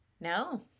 No